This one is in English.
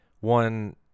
One